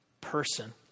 person